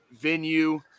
venue